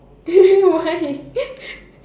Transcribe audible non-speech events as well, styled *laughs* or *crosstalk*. *laughs* why *laughs*